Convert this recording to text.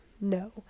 no